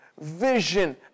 vision